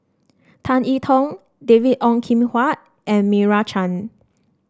Tan E Tong David Ong Kim Huat and Meira Chand